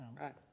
Right